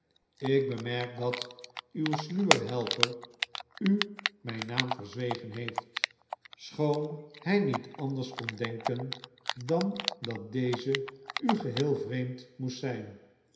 ik bemerk dat uw sluwe helper u mijn naam verzwegen heeft schoon hij niet anders kon denken dan dat deze u geheel vreemd moest zijn